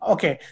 Okay